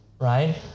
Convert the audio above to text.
Right